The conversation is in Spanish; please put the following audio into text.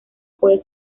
puede